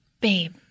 Babe